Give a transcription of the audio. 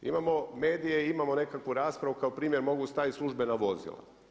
Imamo medije i imamo nekakvu raspravu kao primjer mogu staviti službena vozila.